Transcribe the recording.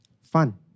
Fun